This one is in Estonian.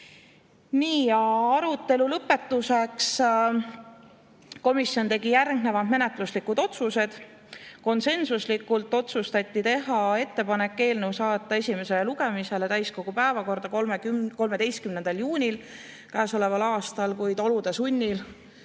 Nii. Arutelu lõpetuseks tegi komisjon järgnevad menetluslikud otsused: konsensuslikult otsustati teha ettepanek saata eelnõu esimesele lugemisele täiskogu päevakorda 13. juunil käesoleval aastal, kuid olude sunnil